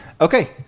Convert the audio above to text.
Okay